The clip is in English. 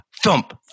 thump